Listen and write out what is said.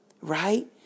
Right